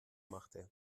machte